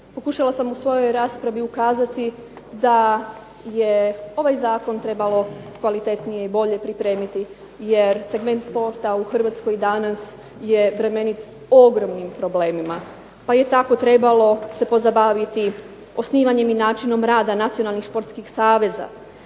Pokušala sam u svojoj raspravi ukazati da je ovaj zakon trebalo kvalitetnije i bolje pripremiti, jer segment sporta u Hrvatskoj danas je bremenit ogromnim problemima. Pa se tako trebalo pozabaviti osnivanjem i načinom rada nacionalnih sportskih saveza,